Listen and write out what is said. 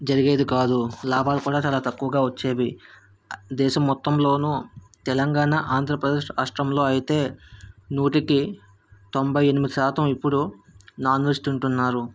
జరిగేది కాదు లాభాలు కూడా చాలా తక్కువగా వచ్చేవి దేశం మొత్తంలోనూ తెలంగాణ ఆంధ్రప్రదేశ్ రాష్ట్రంలో అయితే నూటికి తొంభై ఎనిమిది శాతం ఇప్పుడు నాన్ వెజ్ తింటున్నారు